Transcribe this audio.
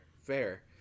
fair